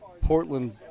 Portland